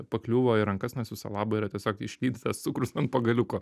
pakliuvo į rankas nors viso labo yra tiesiog išlydytas cukrus ant pagaliuko